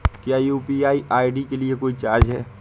क्या UPI ID के लिए कोई चार्ज है?